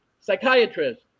psychiatrist